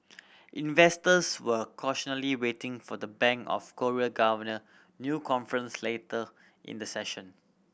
investors were cautiously waiting for the Bank of Korea governor new conference later in the session